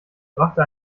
brachte